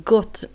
Gott